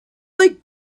like